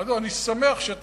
אמרתי לו, אני שמח שטעיתי.